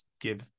give